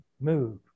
move